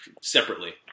separately